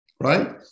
Right